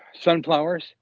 sunflowers